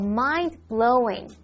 mind-blowing